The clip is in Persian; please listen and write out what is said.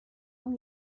اون